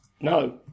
No